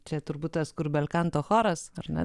čia turbūt tas kur belkanto choras ar ne